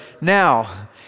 Now